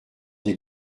des